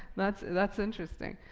that's, that's interesting.